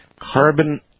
Carbon